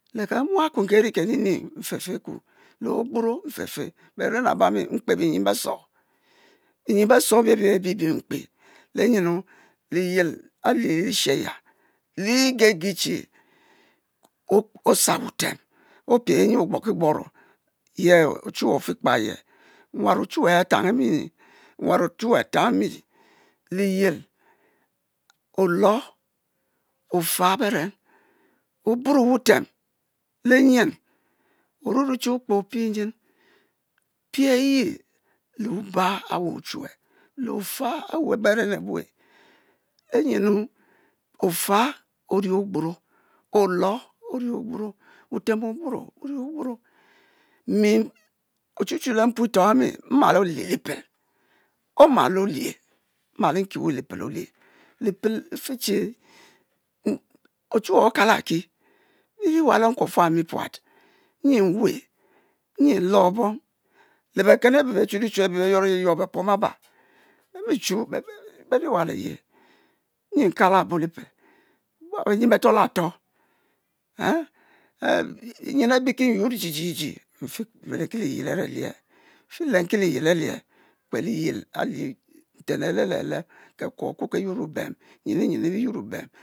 Le ke nwakuen ke'ri kenining o'fefeku, le ogburo ofefe beren aba'mi mkpe biyin besor, binyien beso ebiebi be nkpe, le nyenu? Liyel ali lieshe aya, ligege tche osa-wu tem opie ogbor kigboro, ye ochuwe ofikpa aye, nwan ochuwe a'tang emi'laye, nwan ochuwue atang emi liyel, olor, ofa beren oburo wutem le nyen, orurue tche okpe pie nyen, pie eyi le'oba awu ochuwue, le’ ofa awu beren abue, le nyenu? o'fa ori ogburo, olor o'ri ogburo wu'tem oburo wu'ri ogburo, mi ochu chu le mputoh owam omal olie lipel, omal o'lie mmal nkie we lipel olie, lipel efe tche ochuwue okalaki, liriwa le nkuofu owami puat nyi nwe nyi nlor'bom, le bekem abe bechulichu abe be yuor eyi yuor bepom abo, bemu chu, beri'wa leye nyi nkalabo lipel wab benyen be tolatoh en en benyen abi ke beyuor jijidi, nfe lenki liyel a're lie nfe lenki liyel alie, mkpe liyel a li nten lehe lehele kekuo akue keyuor e bem nyen-nyen